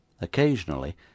Occasionally